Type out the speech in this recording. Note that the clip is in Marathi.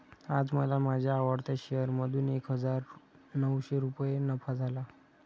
आज मला माझ्या आवडत्या शेअर मधून एक हजार नऊशे रुपये नफा झाला